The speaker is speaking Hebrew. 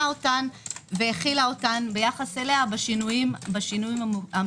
אותן והחילה אתן ביחס אליה בשינויים המחויבים,